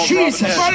Jesus